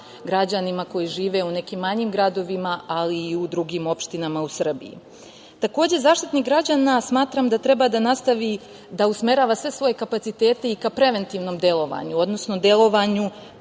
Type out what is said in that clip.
građanima koji žive u nekim manjim gradovima, ali i u drugim opštinama u Srbiji. Takođe, Zaštitnik građana smatram da treba da nastavi da usmerava sve svoje kapacitete i ka preventivnom delovanju, odnosno delovanju